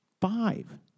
Five